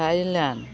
Thailand